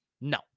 no